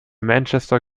manchester